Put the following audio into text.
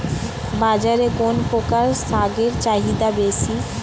বাজারে কোন প্রকার শাকের চাহিদা বেশী?